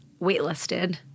waitlisted